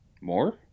More